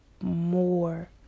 more